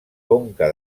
conca